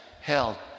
held